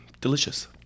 Delicious